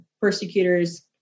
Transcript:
persecutors